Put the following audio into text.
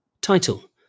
Title